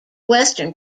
western